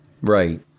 Right